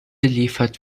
liefert